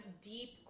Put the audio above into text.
deep